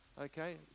okay